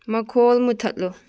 ꯃꯈꯣꯜ ꯃꯨꯠꯊꯠꯂꯨ